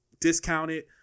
discounted